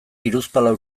hiruzpalau